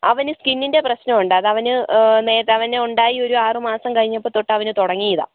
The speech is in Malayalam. അവന് സ്കിന്നിൻ്റെ പ്രശ്നമൊണ്ട് അതവന് ഉണ്ടായി ഒരു ആറു മാസം കഴിഞ്ഞപ്പോതൊട്ടവന് തുടങ്ങിതാണ്